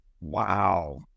Wow